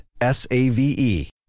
S-A-V-E